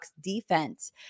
defense